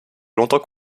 longtemps